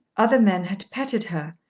other men had petted her,